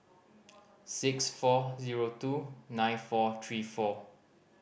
six four zero two nine four three four